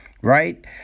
Right